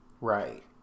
Right